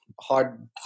hard